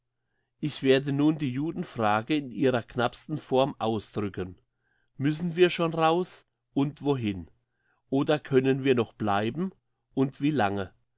ich werde nun die judenfrage in ihrer knappsten form ausdrücken müssen wir schon raus und wohin oder können wir noch bleiben und wie lange